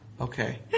okay